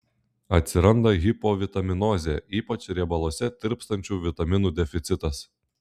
atsiranda hipovitaminozė ypač riebaluose tirpstančių vitaminų deficitas